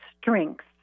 Strength